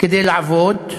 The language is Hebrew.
כדי לעבוד,